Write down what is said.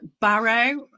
Barrow